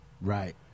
right